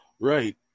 Right